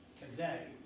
today